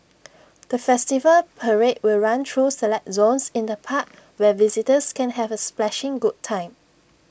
the festival parade will run through select zones in the park where visitors can have A splashing good time